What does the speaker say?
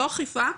לא אכיפה,